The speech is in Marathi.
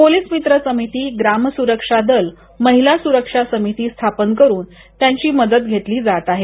पोलीस मित्र समिती ग्राम सुरक्षा दल महिला सुरक्षा समिती स्थापन करून त्यांची मदत घेतली जाते आहे